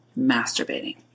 masturbating